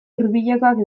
hurbilekoak